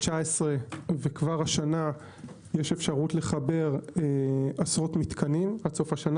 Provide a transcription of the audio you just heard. וכבר השנה יש אפשרות לחבר עשרות מתקנים עד סוף השנה,